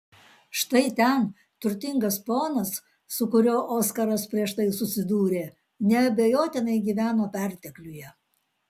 štai ten turtingas ponas su kuriuo oskaras prieš tai susidūrė neabejotinai gyveno pertekliuje